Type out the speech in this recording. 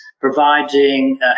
providing